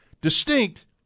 Distinct